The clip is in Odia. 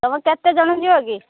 ତୁମେ କେତେ ଜଣ ଯିବ କି